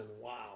Wow